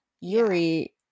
yuri